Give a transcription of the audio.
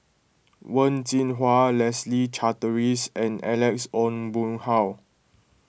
Wen Jinhua Leslie Charteris and Alex Ong Boon Hau